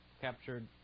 captured